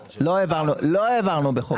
לא העברנו את זה בחוק.